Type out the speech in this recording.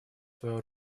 свою